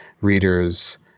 readers